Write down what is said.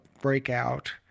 breakout